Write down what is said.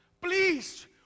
Please